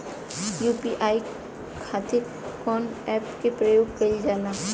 UPI खातीर कवन ऐपके प्रयोग कइलजाला?